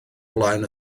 flaen